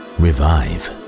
revive